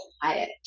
quiet